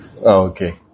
Okay